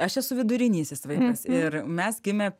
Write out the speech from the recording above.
aš esu vidurinysis vaikas ir mes gimę